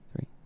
three